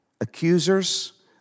Accusers